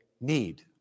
need